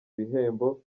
bihembo